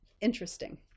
interesting